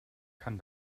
kann